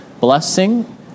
blessing